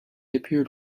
appeared